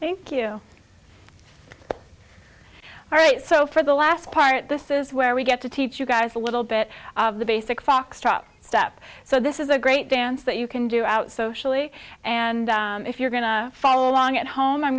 thank you all right so for the last part this is where we get to teach you guys a little bit of the basic foxtrot step so this is a great dance that you can do out socially and if you're going to follow along at home i'm